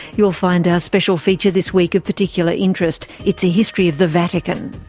you'll find our special feature this week of particular interest, it's a history of the vatican.